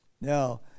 Now